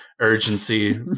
urgency